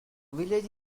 village